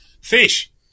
Fish